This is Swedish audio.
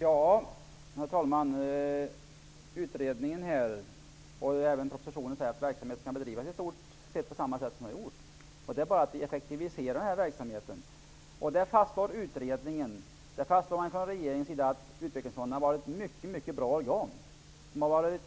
Herr talman! Utredningen och propositionen säger att verksamheten skall bedrivas i stort sett på samma sätt som hittills. Vi vill bara effektivisera verksamheten. Både utredningen och regeringen fastslår att fonderna varit mycket bra organ, som varit